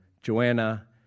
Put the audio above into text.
Joanna